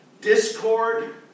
Discord